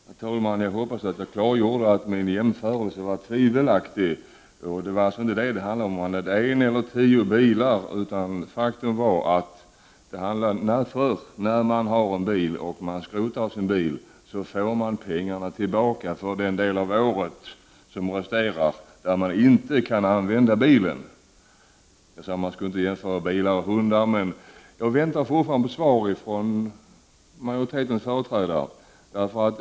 Herr talman! Jag hoppas att jag klargjort att min jämförelse var tvivelaktig. Det handlar inte om huruvida man har en eller tio bilar. Den som skrotar sin bil får tillbaka pengar för den del av året som man inte kan använda den. Jag vill säga detta, även om man inte skall jämföra hundar och bilar. Men jag väntar fortfarande på svar från majoritetens företrädare.